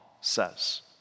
says